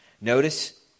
Notice